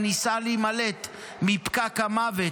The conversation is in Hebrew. שבהן ניסה להימלט מ"פקק המוות",